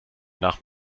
nach